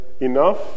Enough